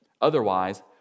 Otherwise